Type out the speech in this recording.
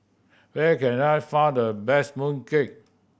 where can I find the best mooncake